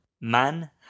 Man